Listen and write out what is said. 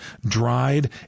dried